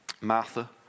Martha